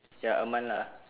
ya a month lah